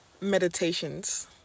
meditations